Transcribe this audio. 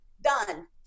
Done